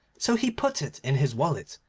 so he put it in his wallet,